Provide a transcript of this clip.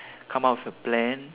come up with a plan